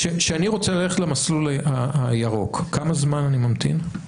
כשאני רוצה ללכת למסלול הירוק, כמה זמן אני ממתין?